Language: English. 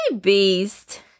Beast